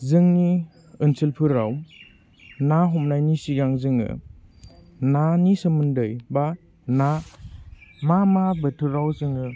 जोंनि ओनसोलफोराव ना हमनायनि सिगां जोङो नानि सोमोन्दै बा ना मा मा बोथोराव जोङो